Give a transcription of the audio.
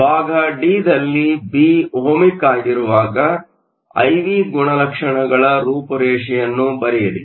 ಭಾಗ ಡಿದಲ್ಲಿ B ohmic ಆಗಿರುವಾಗ ಐ ವಿ ಗುಣಲಕ್ಷಣಗಳ ರೂಪುರೇಷೆಯನ್ನು ಬರೆಯಿರಿ